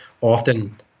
often